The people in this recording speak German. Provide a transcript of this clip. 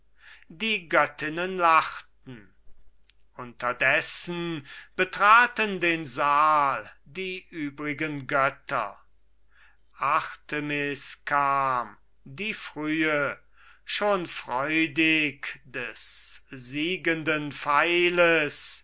die göttinnen lachten unterdessen betraten den saal die übrigen götter artemis kam die frühe schon freudig des siegenden pfeiles